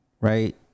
right